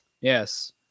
yes